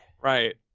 Right